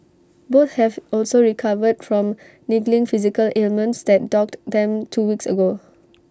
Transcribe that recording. both have also recovered from niggling physical ailments that dogged them two weeks ago